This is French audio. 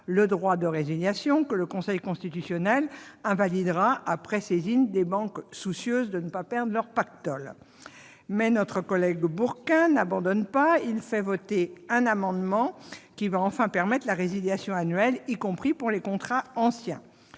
le droit de résiliation que le Conseil constitutionnel invalidera après saisine des banques, soucieuses de ne pas perdre leur pactole. Mais notre collègue Bourquin n'abandonne pas et fait voter un amendement qui va enfin permettre la résiliation annuelle, y compris pour les contrats anciens.